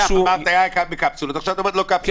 בעבר זה היה קיים בקפסולות ועכשיו את אומרת שלא קפסולות.